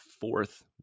fourth